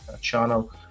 channel